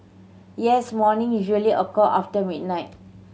yes morning usually occur after midnight